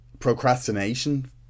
procrastination